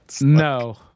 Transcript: No